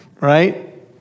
right